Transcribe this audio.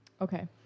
okay